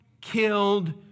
killed